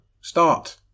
start